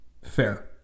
Fair